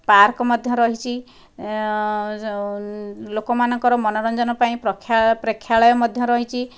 park ମଧ୍ୟ ରହିଛି ଲୋକମାନଙ୍କର ମନୋରଞ୍ଜନ ପାଇଁ ପ୍ରକ୍ଷାଳ ପ୍ରେକ୍ଷାଳୟ ମଧ୍ୟ ରହିଛି